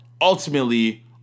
ultimately